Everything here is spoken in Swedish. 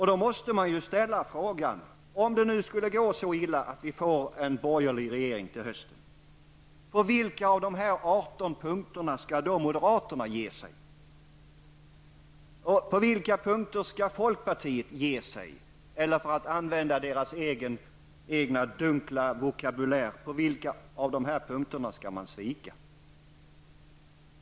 Då måste man ställa frågan: Om det nu skulle gå så illa att det blir en borgerlig regering till hösten, på vilka av dessa 18 punkter skall moderaterna ge sig? På vilka punkter skall folkpartiet ge sig? Eller för att använda folkpartiets egen dunkla vokabulär: Vilka av dessa punkter skall man svika?